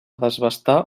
desbastar